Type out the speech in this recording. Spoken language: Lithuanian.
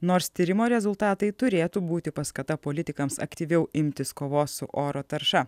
nors tyrimo rezultatai turėtų būti paskata politikams aktyviau imtis kovos su oro tarša